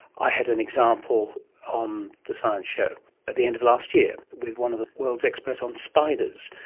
i had an example on the science show at the end of last year with one of the world's experts on spiders.